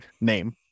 name